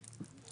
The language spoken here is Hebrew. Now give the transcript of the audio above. שניה.